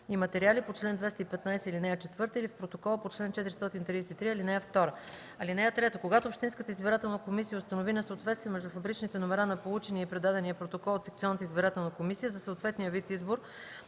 и материали по чл. 215, ал. 4 или в протокола по чл. 433, ал. 2. (3) Когато общинската избирателна комисия установи несъответствие между фабричните номера на получения и предадения протокол от секционната избирателна комисия за съответния вид избор